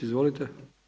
Izvolite.